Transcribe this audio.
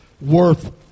worth